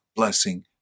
blessing